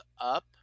up